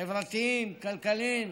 חברתיים, כלכליים,